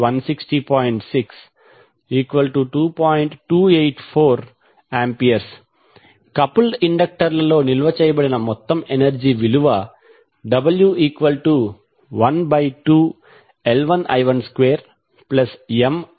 284A coupled ఇండక్టర్లలో నిల్వ చేయబడిన మొత్తం ఎనర్జీ విలువ w12L1i12Mi1i212L2i2220